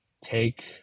take